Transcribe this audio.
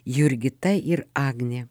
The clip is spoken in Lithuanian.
jurgita ir agnė